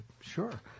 sure